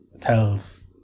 tells